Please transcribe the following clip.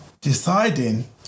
deciding